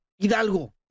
Hidalgo